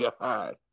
God